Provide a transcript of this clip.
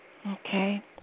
Okay